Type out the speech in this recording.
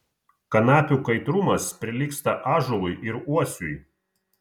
kanapių kaitrumas prilygsta ąžuolui ir uosiui